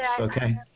okay